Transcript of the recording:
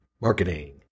marketing